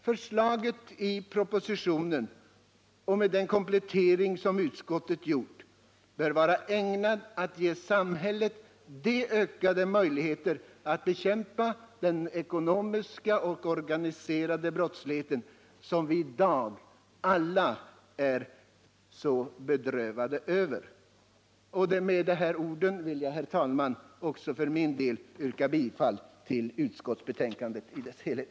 Förslaget i propositionen och de kompletteringar som utskottet gjort bör vara ägnade att ge samhället ökade möjligheter att bekämpa den ekonomiska organiserade brottsligheten som vi i dag alla är bekymrade över. Med dessa ord vill också jag, herr talman, för min del yrka bifall till utskottets hemställan i dess helhet.